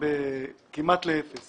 של כמעט אפס